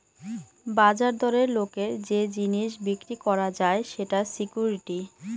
বাজার দরে লোকের যে জিনিস বিক্রি করা যায় সেটা সিকুইরিটি